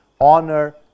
honor